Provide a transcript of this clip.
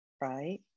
right